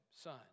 Son